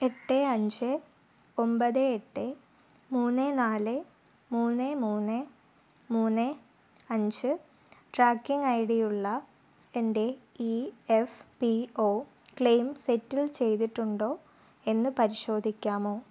എട്ട് അഞ്ച് ഒമ്പത് എട്ട് മൂന്ന് നാല് മൂന്ന് മൂന്ന് മൂന്ന് അഞ്ച് ട്രാക്കിംഗ് ഐഡിയുള്ള എൻ്റെ E F P O claim settle ചെയ്തിട്ടുണ്ടോ എന്ന് പരിശോധിക്കാമോ